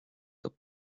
the